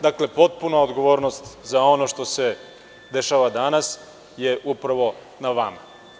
Dakle, potpuna odgovornost za ono što se dešava danas je upravo na vama.